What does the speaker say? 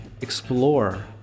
explore